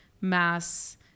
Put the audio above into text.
mass